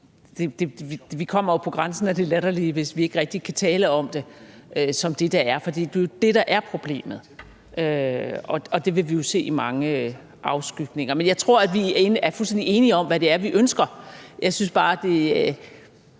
Vi kommer på grænsen af det latterlige, hvis vi ikke rigtig kan tale om det som det, det er, for det er jo det, der er problemet. Det vil vi jo se i mange afskygninger. Men jeg tror, at vi er fuldstændig enige om, hvad det er, vi ønsker. Jeg synes bare, at